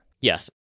Yes